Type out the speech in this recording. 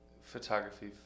photography